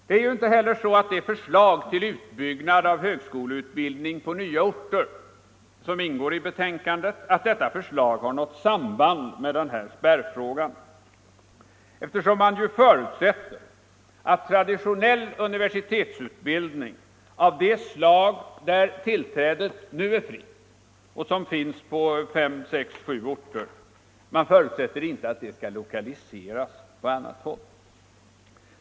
Det är ju inte heller så, att det förslag till utbyggnad av högskoleutbildning på nya orter som ingår i betänkandet har något samband med den här spärrfrågan, eftersom man ju förutsätter att traditionell universitetsutbildning av det slag där tillträdet nu är fritt och som bedrivs på fem, sex, sju orter inte skall lokaliseras på annat håll.